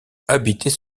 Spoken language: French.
habitées